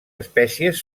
espècies